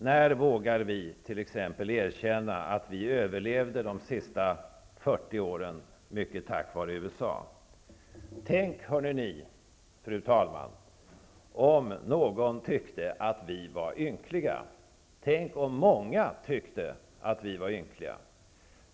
När skall vi våga erkänna att vi t.ex. överlevt de senaste fytio åren mycket tack vare USA? Tänk om, fru talman, ärade ledamöter, någon tyckte att vi var ynkliga. Tänk om många tyckte att vi var ynkliga.